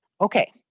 Okay